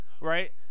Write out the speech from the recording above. right